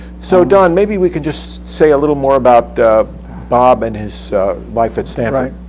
so don, maybe we could just say a little more about bob and his life at sanford.